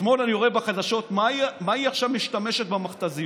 אתמול אני רואה בחדשות: למה היא עכשיו משתמשת במכת"זיות?